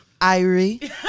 Irie